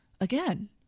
Again